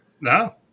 No